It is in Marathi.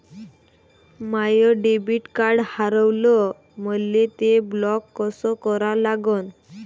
माय डेबिट कार्ड हारवलं, मले ते ब्लॉक कस करा लागन?